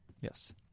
Yes